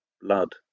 blood